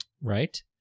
Right